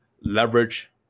leverage